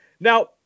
Now